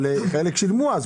אבל יש חלק ששילמו אז,